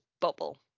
bubble